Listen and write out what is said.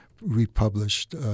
republished